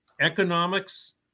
Economics